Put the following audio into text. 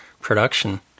production